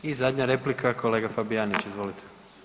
I zadnja replika kolega Fabijanić, izvolite.